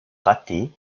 raté